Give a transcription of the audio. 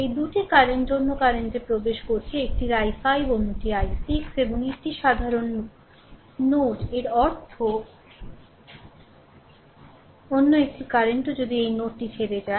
এই 2 কারেন্টটি অন্য কারেন্টে প্রবেশ করছে একটির i5 অন্যটি i6 এটি একটি সাধারণ নোড এর অর্থ অন্য একটি কারেন্টও যদি এই নোডটি ছেড়ে যায়